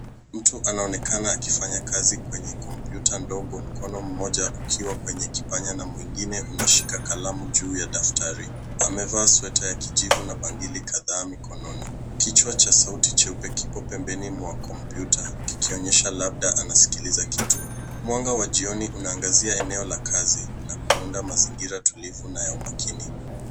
Mtu anaonekana akifanya kazi kwenye kompyuta ndogo mkono mmoja ukiwa kwenye kipanya na mwingine unashika kalamu juu ya daftari. Ameva sweta ya kijivu na pangili kadhaa mikononi. Kichwa cha sauti cheupe kipo pembeni mwa kompyuta kikionyesha labda anasikiliza kitu. Mwanga wa jioni unaangazia eneo la kazi na kuunda mazingira tulivu na ya umakini.